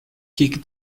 kick